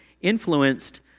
influenced